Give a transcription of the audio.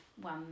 one